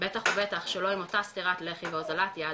בטח ובטח שלא עם אותה סתירת לחי ואוזלת יד